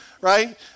Right